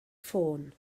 ffôn